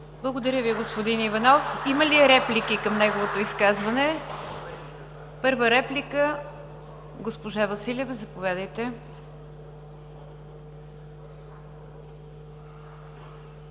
Благодаря Ви, господин Иванов. Има ли реплики към неговото изказване? Първа реплика – госпожа Василева. Заповядайте.